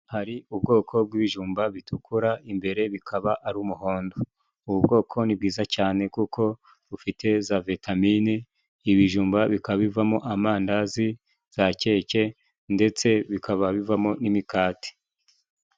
Hari ubwoko bw'ibijumba bitukura imbere bikaba ari umuhondo ubu bwoko ni bwiza cane kuko bufite za vitamine. Ibijumba bikaba bivamo amandazi, za keke ndetse bikaba bivamo n'imikati.